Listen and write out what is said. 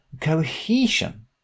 cohesion